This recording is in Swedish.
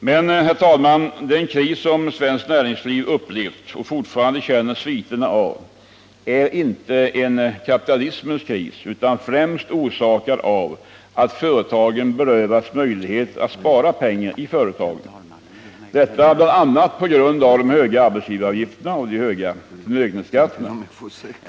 Men, herr talman, den kris som svenskt näringsliv upplevt och fortfarande känner sviterna av är inte en kapitalismens kris utan främst orsakad av att företagen berövats möjligheterna att spara pengar i företagen — detta bl.a. på grund av de höga arbetsgivaravgifterna och de höga förmögenhetsskatterna.